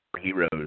heroes